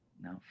No